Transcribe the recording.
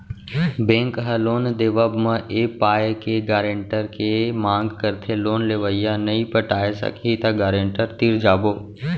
bank ह loan देवब म ए पाय के गारेंटर के मांग करथे लोन लेवइया नइ पटाय सकही त गारेंटर तीर जाबो